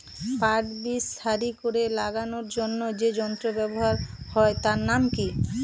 পাট বীজ সারি করে লাগানোর জন্য যে যন্ত্র ব্যবহার হয় তার নাম কি?